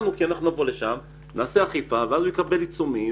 כי אנחנו נבוא לשם נעשה אכיפה ואז הוא יקבל עיצומים.